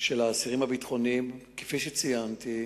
של האסירים הביטחוניים, כפי שציינתי,